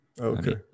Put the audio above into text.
Okay